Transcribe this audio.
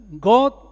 God